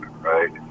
right